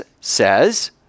says